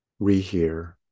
rehear